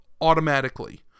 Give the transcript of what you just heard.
automatically